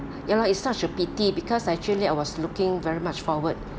ya loh it's such a pity because actually I was looking very much forward